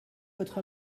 votre